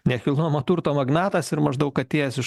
nekilnojamo turto magnatas ir maždaug atėjęs iš